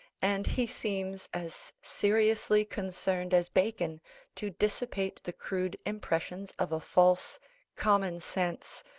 and he seems as seriously concerned as bacon to dissipate the crude impressions of a false common sense,